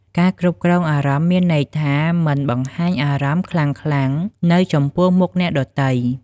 ការគ្រប់គ្រងអារម្មណ៍មានន័យថា មិនបង្ហាញអារម្មណ៍ខ្លាំងៗនៅចំពោះមុខអ្នកដទៃ។